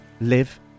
live